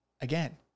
again